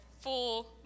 full